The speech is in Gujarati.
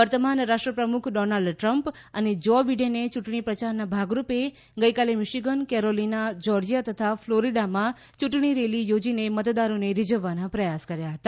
વર્તમાન રાષ્ટ્ર પ્રમુખ ડોનાલ્ડ ટ્રમ્પ અને જો બીડેને ચૂંટણી પ્રચારના ભાગરૂપે ગઈકાલે મીશીગન કેરોલીના જ્યોર્જિયા તથા ફ્લોરીડામાં ચૂંટણી રેલી થોજીને મતદારોને રીઝવવાના પ્રયાસ કર્યા હતા